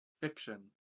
Fiction